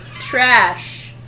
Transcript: trash